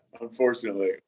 unfortunately